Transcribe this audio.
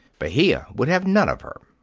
bahia would have none of her.